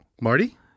Marty